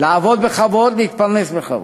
לעבוד בכבוד, להתפרנס בכבוד.